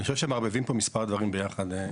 אני חושב שמערבבים פה מספר דברים ביחד.